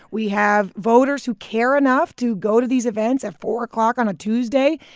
we have voters who care enough to go to these events at four o'clock on a tuesday,